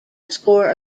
score